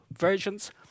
versions